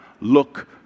look